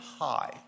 high